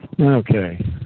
Okay